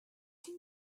can